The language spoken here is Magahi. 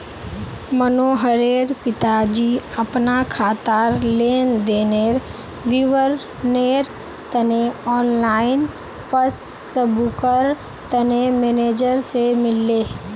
मनोहरेर पिताजी अपना खातार लेन देनेर विवरनेर तने ऑनलाइन पस्स्बूकर तने मेनेजर से मिलले